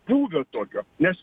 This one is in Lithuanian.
būvio tokio nes